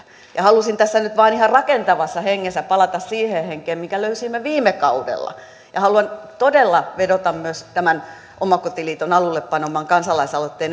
halusin tässä nyt vain ihan rakentavassa hengessä palata siihen henkeen minkä löysimme viime kaudella ja haluan todella vedota myös omakotiliiton alulle paneman kansalais aloitteen